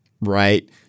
right